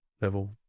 level